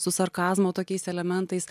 su sarkazmo tokiais elementais